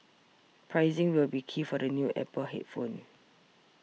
pricing will be key for the new Apple headphones